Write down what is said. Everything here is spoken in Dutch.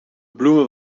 bloemen